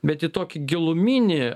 bet į tokį giluminį